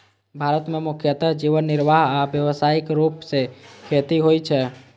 भारत मे मुख्यतः जीवन निर्वाह आ व्यावसायिक रूप सं खेती होइ छै